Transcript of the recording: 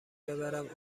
ببرم